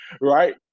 right